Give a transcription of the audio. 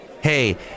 Hey